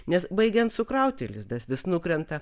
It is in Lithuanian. nes baigiant sukrauti lizdas vis nukrenta